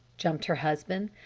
jumped her husband.